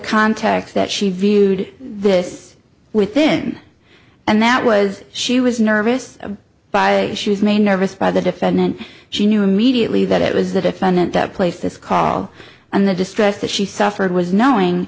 context that she viewed this within and that was she was nervous by issues may nervous by the defendant she knew immediately that it was the defendant that place this call on the distress that she suffered was knowing